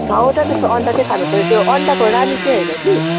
छवटा जस्तो अन्डा चाहिँ खानुपर्छ त्यो अन्डाको रानी चाहिँ होइन कि